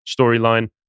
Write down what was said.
storyline